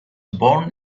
born